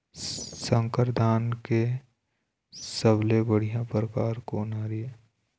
संकर धान के सबले बढ़िया परकार कोन हर ये?